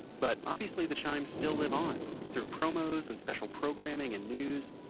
but obviously the chimes still live on through promos and special programming and news,